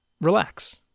relax